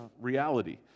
reality